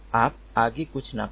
आप आगे कुछ न करें